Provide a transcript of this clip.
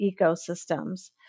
ecosystems